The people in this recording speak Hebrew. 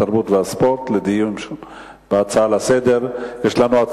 התרבות והספורט לדיון בהצעות לסדר-היום.